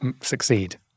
succeed